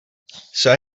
zij